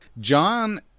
John